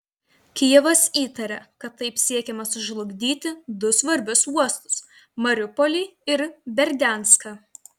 kijevas įtaria kad taip siekiama sužlugdyti du svarbius uostus mariupolį ir berdianską